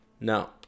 No